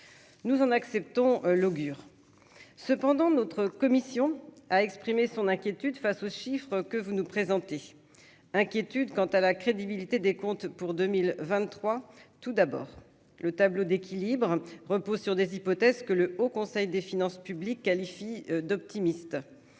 nous en acceptons l'augure cependant notre commission a exprimé son inquiétude face aux chiffres que vous nous présentez inquiétude quant à la crédibilité des comptes pour 2023 tout d'abord le tableau d'équilibre repose sur des hypothèses que le Haut Conseil des finances publiques, qualifie d'optimiste